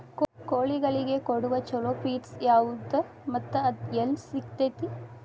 ಕೋಳಿಗಳಿಗೆ ಕೊಡುವ ಛಲೋ ಪಿಡ್ಸ್ ಯಾವದ ಮತ್ತ ಅದ ಎಲ್ಲಿ ಸಿಗತೇತಿ?